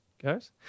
Guys